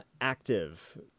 active